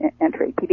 entry